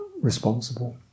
responsible